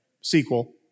sequel